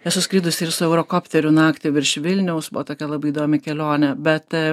esu skridusi ir su eurokopteriu naktį virš vilniaus buvo tokia labai įdomi kelionė bet